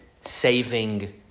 saving